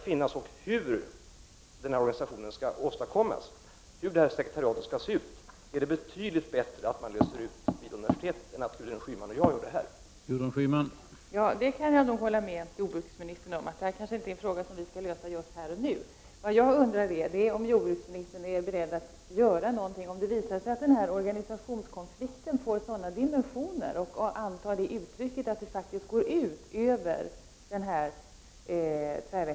Frågan hur verksamheten skall organiseras och hur sekretariatet skall se ut är det betydligt bättre att man löser inom universitetet än att Gudrun Schyman och jag försöker göra det här.